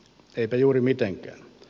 eipä juuri mitenkään